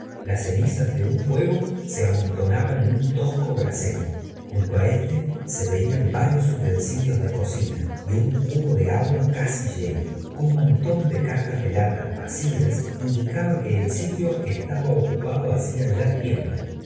las cenizas de un fuego se amontonaban en un tosco brasero junto á éste se veían varios utensilios de cocina y un cubo de agua csbí heno un montón de cajas de lata vacías indicaba que el sitio estaba ocupado hacía ya tiempo